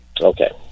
Okay